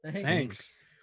Thanks